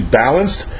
balanced